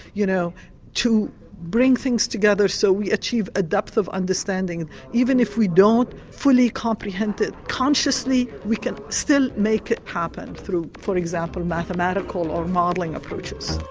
you know to bring things together so we achieve a depth of understanding even if we don't fully comprehend that consciously we can still make it happen through for example mathematical or modelling approaches.